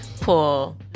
pull